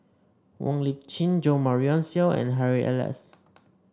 Wong Lip Chin Jo Marion Seow and Harry Elias